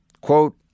Quote